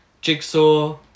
Jigsaw